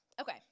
Okay